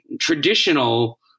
traditional